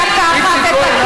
הכנסת איציק כהן.